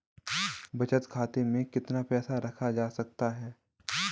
बचत खाते में कितना रुपया रख सकते हैं?